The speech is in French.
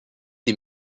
des